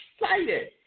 excited